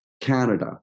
Canada